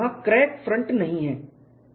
वहां crack front नहीं है